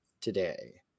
today